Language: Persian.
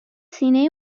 سینه